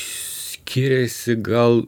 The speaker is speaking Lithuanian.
skiriasi gal